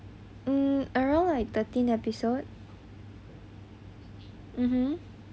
um around like thirteen episodes